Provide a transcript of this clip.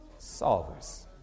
solvers